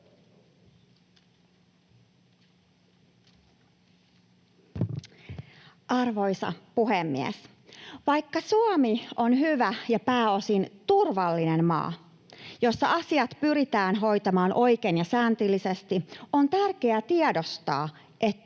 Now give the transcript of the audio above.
Arvoisa puhemies! Vaikka Suomi on hyvä ja pääosin turvallinen maa, jossa asiat pyritään hoitamaan oikein ja säntillisesti, on tärkeää tiedostaa, että